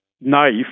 knife